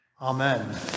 Amen